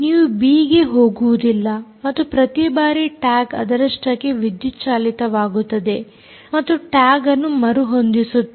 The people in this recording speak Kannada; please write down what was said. ನೀವು ಬಿ ಗೆ ಹೋಗುವುದಿಲ್ಲ ಮತ್ತು ಪ್ರತಿ ಬಾರಿ ಟ್ಯಾಗ್ ಅದರಷ್ಟಕ್ಕೆ ವಿದ್ಯುತ್ ಚಾಲಿತವಾಗುತ್ತದೆ ಮತ್ತು ಟ್ಯಾಗ್ ಅನ್ನು ಮರುಹೊಂದಿಸುತ್ತದೆ